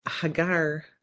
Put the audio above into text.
Hagar